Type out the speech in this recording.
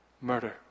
murder